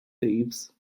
thieves